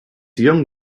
young